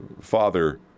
Father